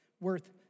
worth